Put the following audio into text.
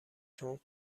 چون